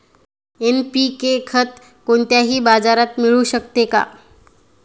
NPK खत कोणत्याही बाजारात मिळू शकते का?